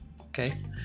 Okay